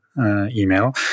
email